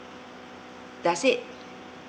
does it